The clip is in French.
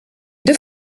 deux